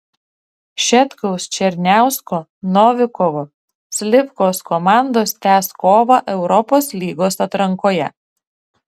šetkaus černiausko novikovo slivkos komandos tęs kovą europos lygos atrankoje